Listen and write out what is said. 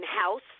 house